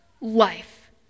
Life